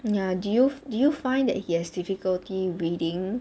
ya do you do you find that he has difficulty reading